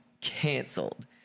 canceled